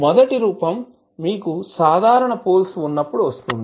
మొదటి రూపం మీకు సాధారణ పోల్స్ ఉన్నప్పుడు వస్తుంది